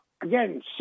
again